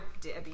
Debbie